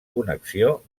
connexió